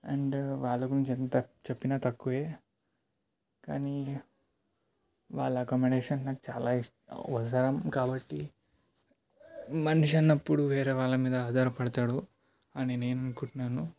and వాళ్ళ గురించి ఎంత చెప్పినా తక్కువే కానీ వాళ్ళ ఆకామిడేషన్ నాకు చాలా ఇష్టం అవసరం కాబట్టి మనిషి అన్నప్పుడు వేరే వాళ్ళ మీద ఆధారపడతాడు అని నేను అనుకుంటున్నాను